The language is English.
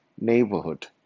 neighborhood